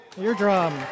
eardrum